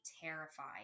terrified